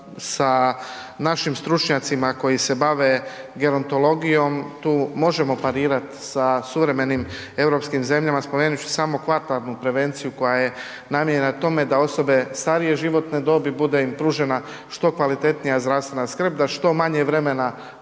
sa našim stručnjacima koji se bave gerontologijom tu možemo parirati sa suvremenim europskim zemljama spomenut ću samo kvartarnu prevenciju koja je namijenjena tome da osobe starije životne dobi bude im pružena što kvalitetnija zdravstvena skrb da što manje vremena